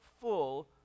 full